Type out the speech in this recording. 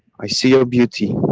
i see your beauty.